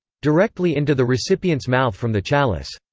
directly into the recipient's mouth from the chalice.